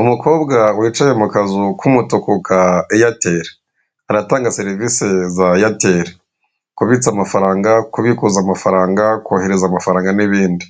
Umukobwa wicaye mu kazu k'umutuku ka eyateri, aratanga serivisi za eyateri, kubitsa amafaranga, kubikuza amafaranga, kohereza amafaranga n'ibindi,